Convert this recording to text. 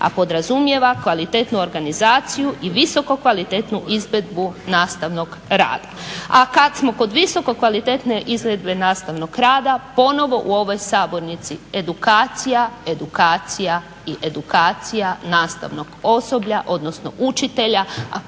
a podrazumijeva kvalitetnu organizaciju i visoko kvalitetnu izvedbu nastavnog rada. A kad smo kod visoko kvalitetne izvedbe nastavnog rada ponovo u ovoj sabornici edukacija, edukacija i edukacija nastavnog osoblja, odnosno učitelja,